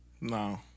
No